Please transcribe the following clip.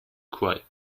cry